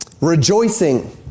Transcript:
Rejoicing